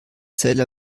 zell